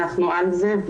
אנחנו על זה,